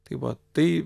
tai vat tai